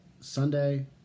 Sunday